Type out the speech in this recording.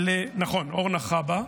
נכון, אורנה חבה,